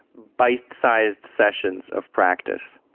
bite-sized sessions of practice.